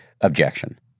objection